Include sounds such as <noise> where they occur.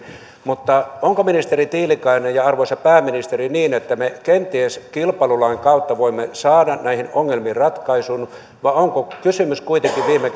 onko ministeri tiilikainen ja arvoisa pääministeri niin että me kenties kilpailulain kautta voimme saada näihin ongelmiin ratkaisun vai onko kysymys kuitenkin viime <unintelligible>